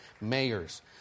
mayors